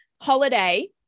holiday